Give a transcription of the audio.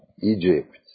Egypt